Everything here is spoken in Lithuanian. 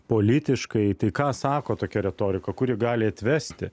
politiškai tai ką sako tokia retorika kur ji gali atvesti